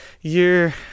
year